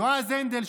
יועז הנדל,